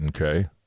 Okay